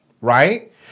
right